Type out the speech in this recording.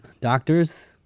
doctors